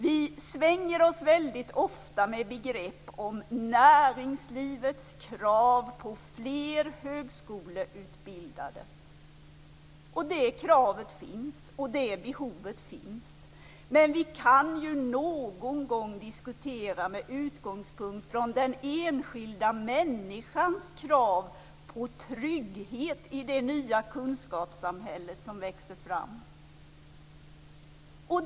Vi svänger oss väldigt ofta med begrepp om näringslivets krav på fler högskoleutbildade. Det kravet finns, och det behovet finns. Men vi kan någon gång diskutera med utgångspunkt från den enskilda människans krav på trygghet i det nya kunskapssamhälle som växer fram.